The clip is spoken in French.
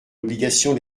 obligation